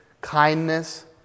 kindness